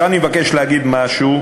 עכשיו אני מבקש להגיד משהו,